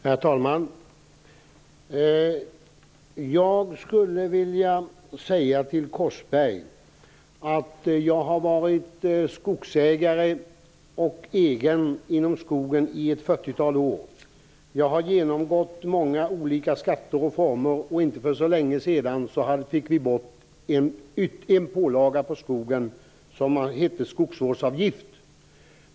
Herr talman! Jag vill säga till Ronny Korsberg att jag har varit skogsägare och egen företagare inom skogen i ett fyrtiotal år. Jag har genomgått många olika skatter och reformer, och för inte så länge sedan fick vi bort en pålaga på skogen som heter skogsvårdsavgift.